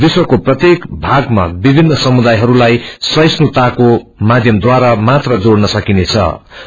विश्वको प्रत्येक पागमा विभिन्न समुदायहस्लाई सहिष्णुताको माध्यमद्वारा मात्र जोइन सन्छि